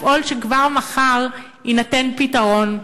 לפעול שכבר מחר יינתן פתרון,